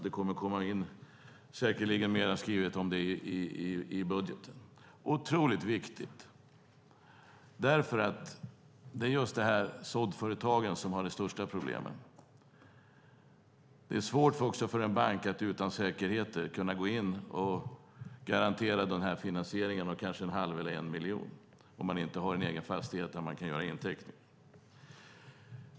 Det kommer säkerligen att skrivas mer om det i budgeten. Det är otroligt viktigt. Det är just såddföretagen som har de största problemen. Det är också svårt för en bank att utan säkerheter gå in och garantera en finansiering på kanske en halv eller en miljon för en företagare om företagaren inte har en egen fastighet där man kan göra en inteckning.